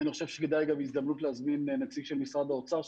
אני חושבת שכדאי גם בהזדמנות להזמין נציג של משרד האוצר,